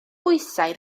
bwysau